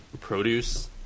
Produce